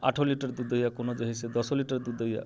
आठो लीटर दूध दैयैया कोनो जे है से दसो लीटर दूध दैयैया